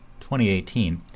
2018